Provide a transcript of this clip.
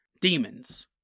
demons